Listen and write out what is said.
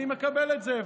אני מקבל את זה,